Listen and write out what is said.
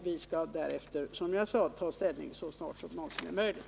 Vi skall därefter ta ställning så snart som någonsin är möjligt.